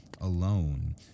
alone